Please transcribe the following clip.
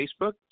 facebook